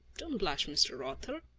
don't blush, mr. author!